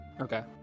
Okay